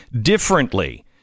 differently